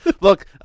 Look